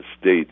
state